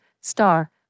STAR